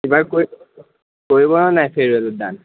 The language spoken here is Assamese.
এইবাৰ কৰিবনে নাই ফেয়াৰৱেলত ডান্স